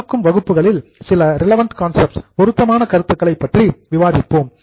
வரவிருக்கும் வகுப்புகளில் சில ரிலவன்ட் கான்சப்ட்ஸ் பொருத்தமான கருத்துக்களைப் பற்றி விவாதிப்போம்